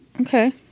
Okay